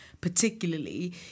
particularly